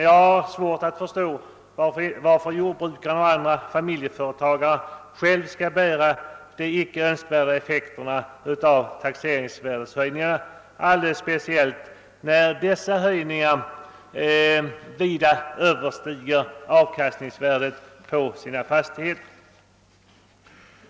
Jag har svårt att förstå varför jordbrukare och andra familjeföretagare skall bära de icke önskvärda effekterna av taxeringsvärdeshöjningarna, alldeles speciellt när dessa höjningar vida överstiger avkastningsvärdet på fastigheterna.